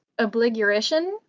obligurition